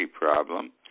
problem